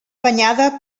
banyada